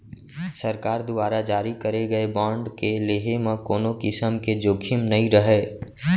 सरकार दुवारा जारी करे गए बांड के लेहे म कोनों किसम के जोखिम नइ रहय